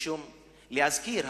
להזכיר,